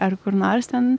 ar kur nors ten